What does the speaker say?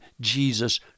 Jesus